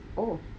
oh